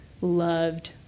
loved